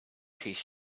his